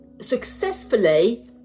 successfully